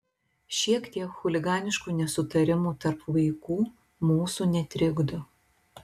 šiek tiek chuliganiškų nesutarimų tarp vaikų mūsų netrikdo